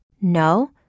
No